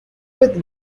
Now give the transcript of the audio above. with